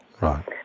Right